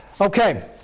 Okay